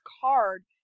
card